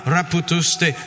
Raputuste